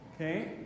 Okay